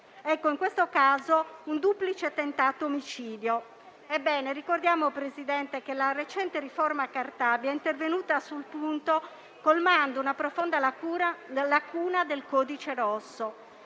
caso, si è trattato di un duplice tentato omicidio. Ricordiamo, Presidente, che la recente riforma Cartabia è intervenuta sul punto colmando una profonda lacuna del codice rosso.